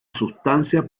sustancia